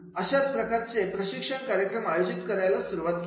तशाच प्रकारचे प्रशिक्षण कार्यक्रम आयोजित करायला मी सुरुवात केली